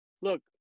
look